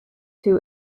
too